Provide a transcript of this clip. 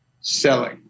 selling